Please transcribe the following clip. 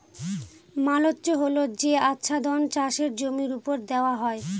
mulch হল যে আচ্ছাদন চাষের জমির ওপর দেওয়া হয়